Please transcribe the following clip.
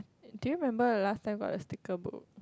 do you remember the last time got the sticker book